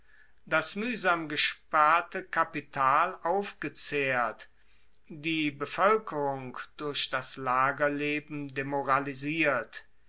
das muehsam gesparte kapital aufgezehrt die bevoelkerung durch das lagerleben demoralisiert